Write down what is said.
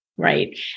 Right